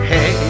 Hey